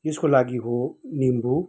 यसको लागि हो निम्बु